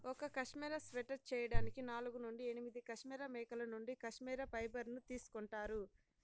ఒక cashmere sweater చేయడానికి నాలుగు నుండి ఎనిమిది కష్మెరె మేకల నుండి కష్మెరె ఫైబర్ ను తీసుకుంటారు